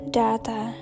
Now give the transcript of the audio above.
data